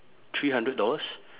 three hundred dollars